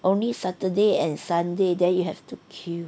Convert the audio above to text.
only saturday and sunday then you have to queue